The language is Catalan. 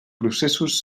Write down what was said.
processos